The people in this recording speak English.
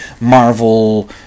Marvel